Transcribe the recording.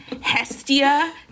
Hestia